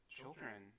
children